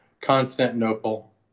Constantinople